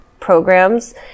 Programs